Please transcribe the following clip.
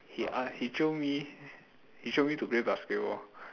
he ask he jio me he jio me to play basketball